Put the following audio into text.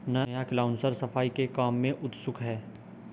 नया काउंसलर सफाई के काम में उत्सुक है